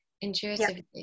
intuitively